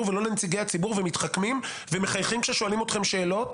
ולא לנציגי הציבור ומתחכמים ומחייכים כששואלים אתכם שאלות